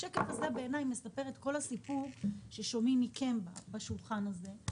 השקף הזה מספר את כל הסיפור ששומעים מכם בשולחן הזה.